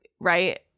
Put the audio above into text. right